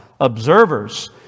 observers